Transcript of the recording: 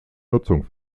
nutzungen